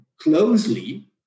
closely